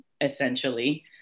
essentially